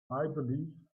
believe